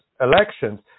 elections